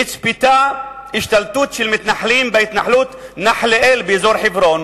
נצפתה השתלטות של מתנחלים בהתנחלות נחליאל באזור חברון